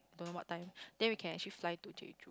don't know what time then we can actually fly to Jeju